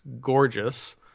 gorgeous